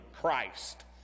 Christ